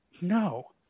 No